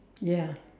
ya